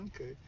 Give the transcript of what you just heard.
okay